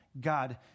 God